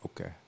Okay